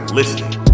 listening